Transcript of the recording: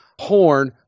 horn